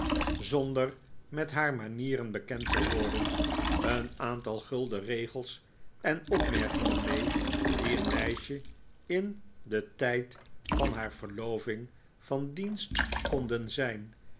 zonder met haar manieren bekend te worden een aantal gulden regels en opmerkingen mee die een meisje in den tijd van haar verloving van dienst konden zijn